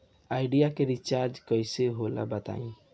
Idea के recharge कइसे होला बताई?